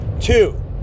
Two